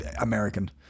American